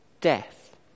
death